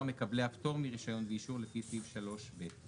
מקבלי הפטור מרישיון ואישור לפי סעיף (3)(ב).